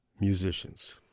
musicians